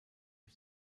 lui